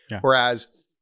Whereas